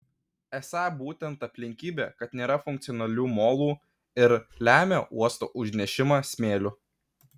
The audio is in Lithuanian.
esą būtent aplinkybė kad nėra funkcionalių molų ir lemia uosto užnešimą smėliu